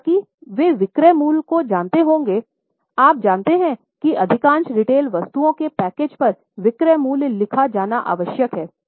हालांकि वे विक्रय मूल्य को जानते होंगे आप जानते हैं कि अधिकांश रीटेल वस्तुओं के पैकेज पर विक्रय मूल्य लिखा जाना आवश्यक है